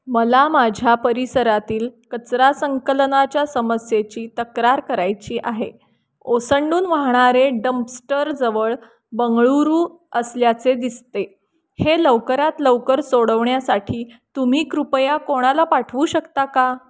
मला माझ्या परिसरातील कचरा संकलनाच्या समस्येची तक्रार करायची आहे ओसंडून वाहणारे डम्स्टरजवळ बंगळुरू असल्याचे दिसते हे लवकरात लवकर सोडवण्यासाठी तुम्ही कृपया कोणाला पाठवू शकता का